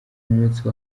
umunsi